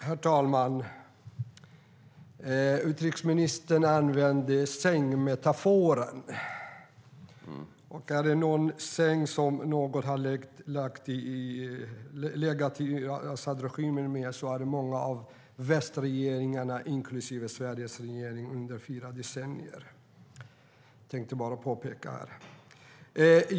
Herr talman! Utrikesministern använde sängmetaforen. Är det någon som har legat i säng med al-Asad-regimen är det många av västregeringarna inklusive Sveriges regering under fyra decennier. Jag tänkte bara påpeka det här.